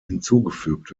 hinzugefügt